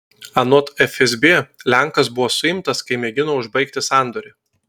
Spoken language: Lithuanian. anot fsb lenkas buvo suimtas kai mėgino užbaigti sandorį